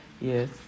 Yes